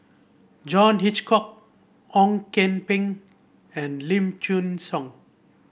John Hitchcock Ong Kian Peng and Lim Chin Siong